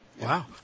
Wow